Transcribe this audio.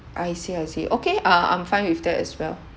I see I see okay uh I'm fine with that as well